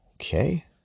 Okay